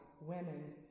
women